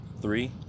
three